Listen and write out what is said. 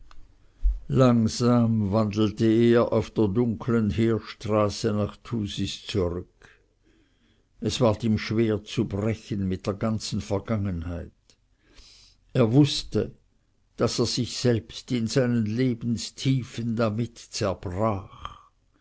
langsam wandelte er auf der dunkeln heerstraße nach thusis zurück es ward ihm schwer zu brechen mit der ganzen vergangenheit er wußte daß er sich selbst in seinen lebenstiefen damit zerbrach